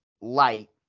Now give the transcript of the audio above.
light